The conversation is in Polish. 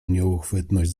nieuchwytność